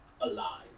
alive